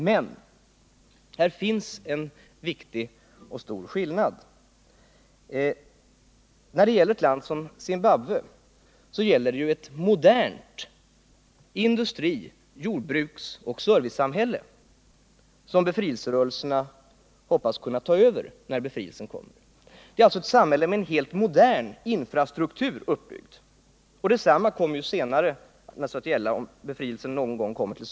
Men här finns en stor och viktig invändning: Zimbabwe är ett modernt industri-, jordbruksoch servicesamhälle, som befrielserörelserna hoppas att kunna ta över när befrielsen kommer. Det är alltså ett samhälle med en helt modern infrastruktur. Detsamma kommer senare att gälla Sydafrika, om befrielsen senare kommer dit.